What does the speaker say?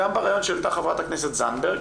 גם ברעיון שהעלתה חברת הכנסת זנדברג,